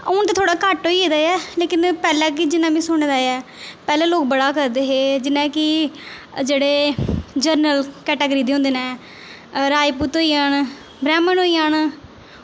हून ते थोह्ड़ा घट्ट होई गेदा ऐ ते लेकिन पैह्लें कि जियां कि में पैह्लें सुने दा ऐ पैह्लें लोग बड़ा करदे हे जियां कि जेह्ड़े जरनल कैटागरी दे होंदे न राजपूत होई जान ब्रैह्मण होई जान